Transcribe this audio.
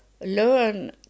learn